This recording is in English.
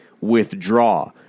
withdraw